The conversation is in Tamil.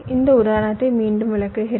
இந்த உதாரணத்தை மீண்டும் விளக்குகிறேன்